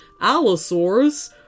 Allosaurus